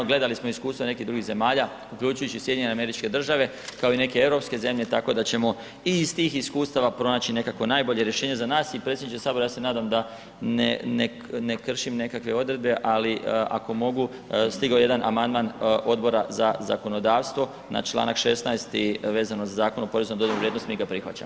Gledali smo iskustva nekih drugih zemalja, uključujući i SAD, kao i neke europske zemlje, tako da ćemo i iz tih iskustava pronaći nekakvo najbolje rješenje za nas i predsjedniče HS ja se nadam da ne, ne, ne kršim nekakve odredbe, ali ako mogu, stigao je jedan amandman Odbora za zakonodavstvo na čl. 16. vezano za Zakon o porezu na dodanu vrijednost, mi ga prihvaćamo.